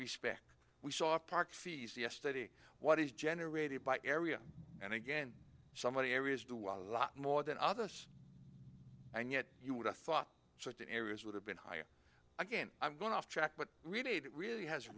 respect we saw park fees yesterday what is generated by area and again somebody areas do well a lot more than others and yet you would have thought certain areas would have been higher again i'm going off track but really that really has